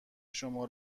شما